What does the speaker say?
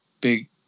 big